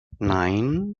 nine